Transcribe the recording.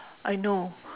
I know